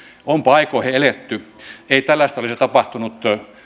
onpa aikoihin eletty ei tällaista olisi tapahtunut